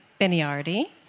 Beniardi